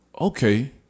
okay